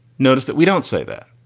notice that we don't say that.